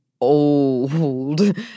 old